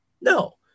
No